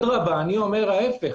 אני אומר ההפך: